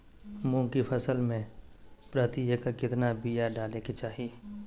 मूंग की फसल में प्रति एकड़ कितना बिया डाले के चाही?